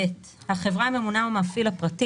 "(ב)החברה הממונה או המפעיל הפרטי,